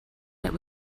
that